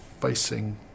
facing